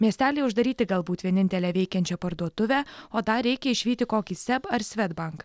miestely uždaryti galbūt vienintelę veikiančią parduotuvę o dar reikia išvyti kokį seb ar swedbank